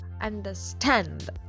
understand